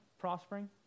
prospering